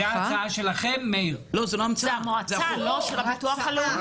מאיר, זו ההצעה שלכם?